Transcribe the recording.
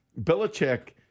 Belichick